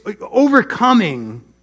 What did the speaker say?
overcoming